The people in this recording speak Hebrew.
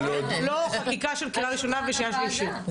לא, חקיקה של קריאה ראשונה, שנייה ושלישית.